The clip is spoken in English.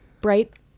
bright